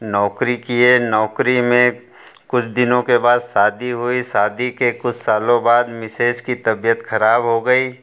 नौकरी किये नौकरी में कुछ दिनों के बाद शादी हुई शादी के कुछ सालों बाद मिसेज़ की तबियत खराब हो गई